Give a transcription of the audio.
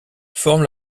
forme